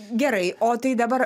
gerai o tai dabar